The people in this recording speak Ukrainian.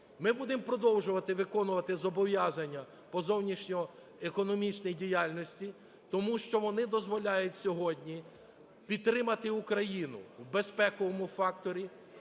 Ми будемо подовжувати виконувати зобов'язання по зовнішньоекономічній діяльності, тому що вони дозволяють сьогодні підтримати Україну в безпековому факторі,